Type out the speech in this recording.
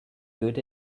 good